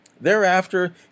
Thereafter